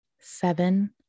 seven